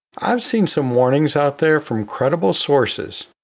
i've seen some warnings out there from credible sources,